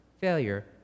failure